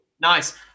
Nice